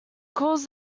calls